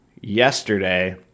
yesterday